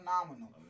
Phenomenal